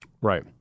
Right